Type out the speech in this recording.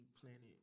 planet